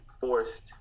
forced